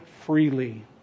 freely